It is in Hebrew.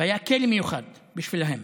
והיה כלא מיוחד בשבילם,